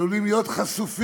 עלולים להיות חשופים,